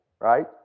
right